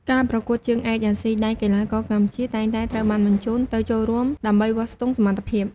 ការប្រកួតជើងឯកអាស៊ី ដែលកីឡាករកម្ពុជាតែងតែត្រូវបានបញ្ជូនទៅចូលរួមដើម្បីវាស់ស្ទង់សមត្ថភាព។